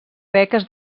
beques